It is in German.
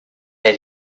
der